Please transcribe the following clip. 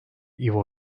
i̇vo